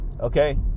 okay